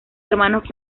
hermanos